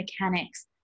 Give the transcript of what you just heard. mechanics